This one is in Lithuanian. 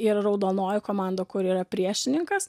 ir raudonoji komanda kuri yra priešininkas